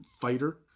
fighter